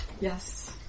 Yes